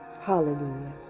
Hallelujah